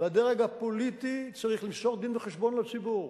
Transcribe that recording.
והדרג הפוליטי צריך למסור דין-וחשבון לציבור.